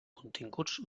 continguts